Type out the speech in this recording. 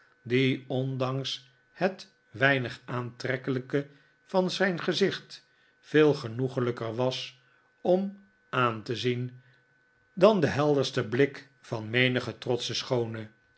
die ondanks het weinig aantrekkelijke van zijn gezicht veel genoeglijker was om aan te zien dan de helderste blik van menige trotsche schoone